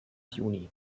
juni